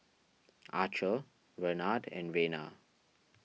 Archer Renard and Rena